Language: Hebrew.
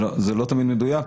זה לא תמיד מדויק,